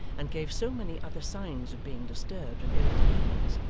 and gave so many other signs of being disturbed and ill at ease,